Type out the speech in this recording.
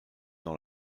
dans